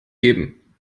geben